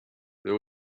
there